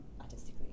artistically